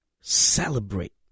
celebrate